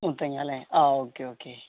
മുത്തങ്ങ അല്ലേ ആ okay okay